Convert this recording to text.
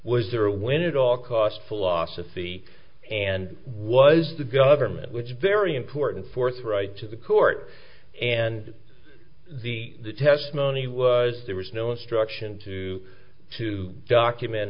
was there when it all cost philosophy and was the government which is very important forthright to the court and the testimony was there was no instruction to to document